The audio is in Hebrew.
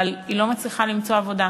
אבל לא מצליחה למצוא עבודה.